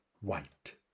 white